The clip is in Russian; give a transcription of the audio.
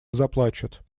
заплачет